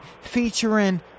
featuring